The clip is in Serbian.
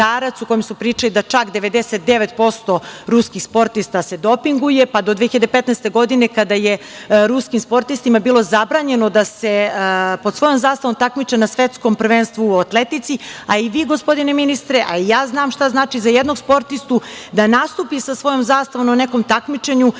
u kome su pričali da čak 99% ruskih sportista se dopinguje, pa do 2015. godine kada je ruskim sportistima bilo zabranjeno da se pod svojom zastavom takmiče na Svetskom prvenstvu u atletici. Vi gospodine ministre, a i ja znam šta znači za jednog sportistu da nastupi sa svojom zastavom na nekom takmičenju